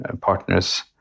partners